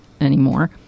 anymore